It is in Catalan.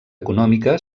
econòmica